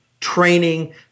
training